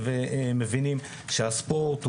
התחרותיות,